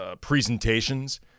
presentations